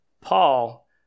Paul